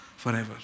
forever